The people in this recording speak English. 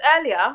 earlier